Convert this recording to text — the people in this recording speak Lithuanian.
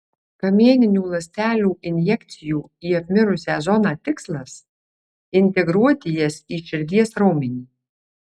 kamieninių ląstelių injekcijų į apmirusią zoną tikslas integruoti jas į širdies raumenį